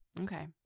Okay